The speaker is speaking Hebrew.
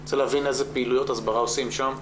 אני ירוצה להבין אילו פעילויות הסברה עושים שם.